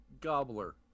gobbler